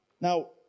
Now